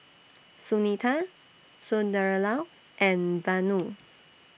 Sunita Sunderlal and Vanu